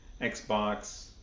Xbox